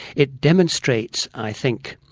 it demonstrates, i think,